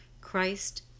Christ